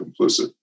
complicit